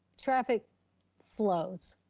traffic flows,